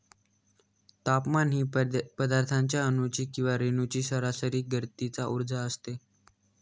तापमान ही पदार्थाच्या अणूंची किंवा रेणूंची सरासरी गतीचा उर्जा असते